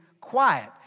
quiet